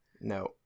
No